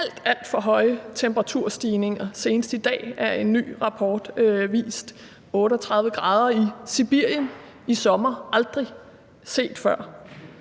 alt for høje temperaturstigninger. Senest i dag har en ny rapport vist, at der var 38 grader i Sibirien i sommer – det er aldrig set før.